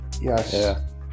Yes